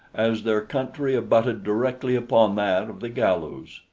as their country abutted directly upon that of the galus.